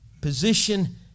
position